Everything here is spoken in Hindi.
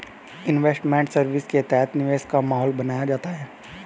इन्वेस्टमेंट सर्विस के तहत निवेश का माहौल बनाया जाता है